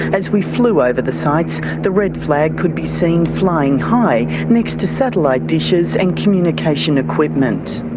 as we flew over the sites, the red flag could be seen flying high next to satellite dishes and communication equipment.